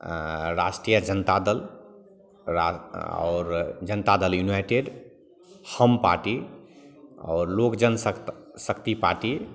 अँ राष्ट्रीय जनता दल रा आओर Janata Dal united HAM party आओर लोक जनशक्त शक्ति पार्टी